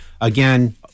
again